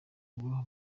ubwo